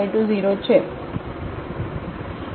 તેથી અહીંથી આપણને y 0 અને y 2 મળ્યાં છે